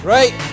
Right